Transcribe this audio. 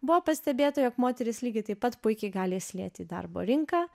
buvo pastebėta jog moterys lygiai taip pat puikiai gali įsilieti į darbo rinką